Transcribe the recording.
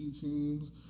teams